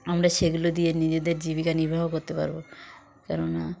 আমরা সেগুলো দিয়ে নিজেদের জীবিকা নির্বাহ করতে পারব কেন না